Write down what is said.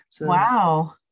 Wow